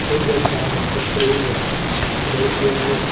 षड्घण्टाः तत्रैव बैक्यान